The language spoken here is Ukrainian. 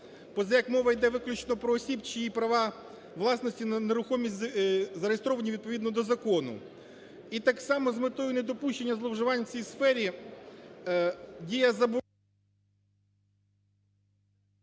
позаяк мова йде виключно про осіб чиї права власності на нерухомість зареєстровані відповідно до закону. І так само з метою недопущення зловживань в цій сфері діє…